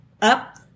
Up